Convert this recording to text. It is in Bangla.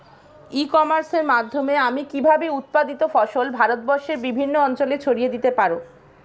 ই কমার্সের মাধ্যমে আমি কিভাবে উৎপাদিত ফসল ভারতবর্ষে বিভিন্ন অঞ্চলে ছড়িয়ে দিতে পারো?